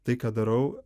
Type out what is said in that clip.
tai ką darau